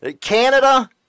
Canada